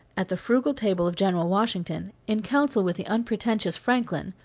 at the frugal table of general washington, in council with the unpretentious franklin,